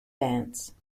dance